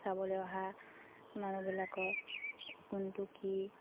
চাবলৈ অহা মানুহবিলাকক কোনটো কি